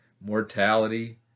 mortality